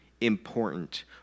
important